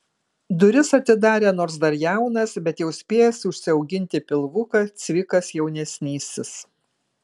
duris atidarė nors dar jaunas bet jau spėjęs užsiauginti pilvuką cvikas jaunesnysis